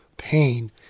pain